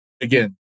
Again